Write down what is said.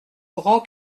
grand